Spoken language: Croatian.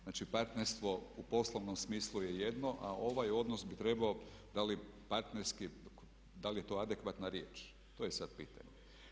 Znači, partnerstvo u poslovnom smislu je jedno, a ovaj odnos bi trebao, da li partnerski, da li je to adekvatna riječ to je sad pitanje.